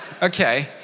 Okay